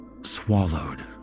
swallowed